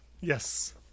Yes